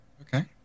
Okay